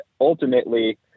ultimately